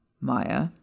Maya